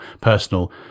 personal